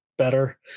Better